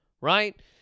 right